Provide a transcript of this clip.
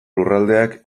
lurraldeak